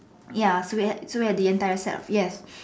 ya so we had so we had the entire set yes